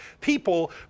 People